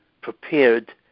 prepared